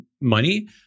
money